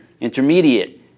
intermediate